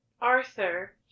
Arthur